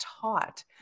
taught